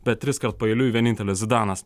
bet triskart paeiliui vienintelis zidanas